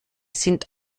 sind